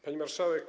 Pani Marszałek!